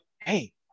Hey